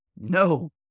no